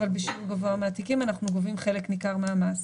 אבל בשיעור גבוה מהתיקים אנחנו גובים חלק ניכר מהמס.